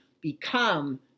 become